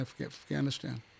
Afghanistan